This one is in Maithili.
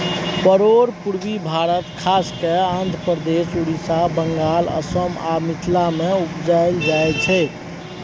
परोर पुर्वी भारत खास कय आंध्रप्रदेश, उड़ीसा, बंगाल, असम आ मिथिला मे उपजाएल जाइ छै